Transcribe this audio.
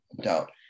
doubt